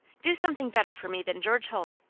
do something better for me than george holt.